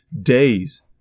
days